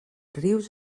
rius